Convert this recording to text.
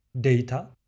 data